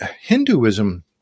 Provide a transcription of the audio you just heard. Hinduism